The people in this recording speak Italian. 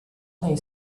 dei